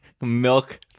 milk